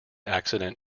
accident